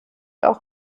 auch